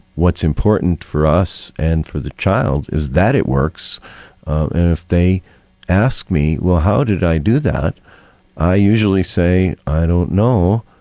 what's important for us and for the child is that it works and if they ask me well how did i do that i usually say well i don't know,